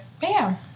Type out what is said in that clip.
Bam